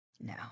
No